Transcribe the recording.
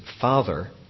father